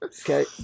Okay